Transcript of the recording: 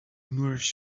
nourish